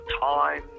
time